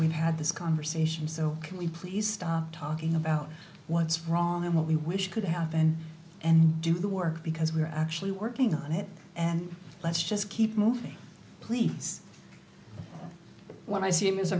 we've had this conversation so can we please stop talking about what's wrong and what we wish could happen and do the work because we're actually working on it and let's just keep moving please when i see him is